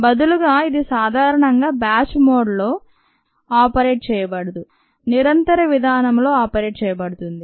బదులుగా ఇది సాధారణంగా బ్యాచ్ మోడ్ లో ఆపరేట్ చేయబడదు నిరంతర విధానంలో ఆపరేట్ చేయబడుతుంది